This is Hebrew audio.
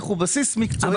בסיס מקצועי של התהליך.